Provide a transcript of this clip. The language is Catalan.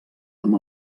amb